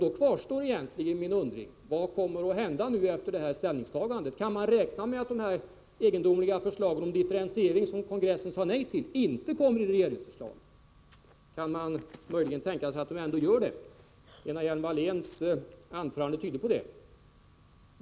Då kvarstår min undring: Vad kommer att hända efter det här ställningstagandet? Kan man räkna med att de egendomliga förslag om differentiering som kongressen sade nej till inte återkommer i regeringsförslag? Kan man möjligen tänka sig att de ändå gör det? Lena Hjelm-Walléns anförande tydde på att de ändå gör det.